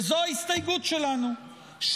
וזו ההסתייגות שלנו,